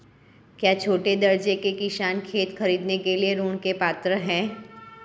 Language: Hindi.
क्या छोटे दर्जे के किसान खेत खरीदने के लिए ऋृण के पात्र हैं?